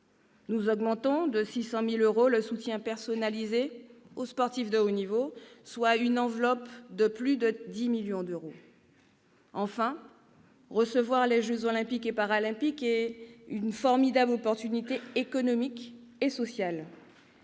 Nous augmentons de 600 000 euros le soutien personnalisé aux sportifs de haut niveau, soit une enveloppe de plus de 10 millions d'euros. Enfin, recevoir les jeux Olympiques et Paralympiques est une formidable chance économique et sociale.